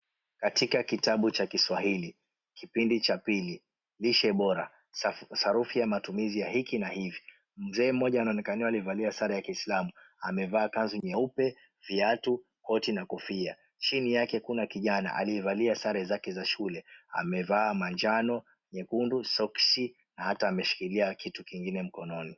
Katika kitabu cha Kiswahili, Kipindi Cha Pili; Lishe Bora; Sarufi ya matumizi ya hiki na hivi. Mzee mmoja anaonekaniwa amevalia sare ya kiislamu. Amevaa kanzu nyeupe, viatu, koti na kofia. Chini yake kuna kijana aliyevalia sare zake za shule. Amevaa manjano, nyekundu soksi na hata ameshikilia kitu kingine mkononi.